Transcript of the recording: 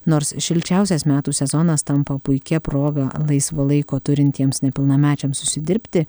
nors šilčiausias metų sezonas tampa puikia proga laisvo laiko turintiems nepilnamečiams užsidirbti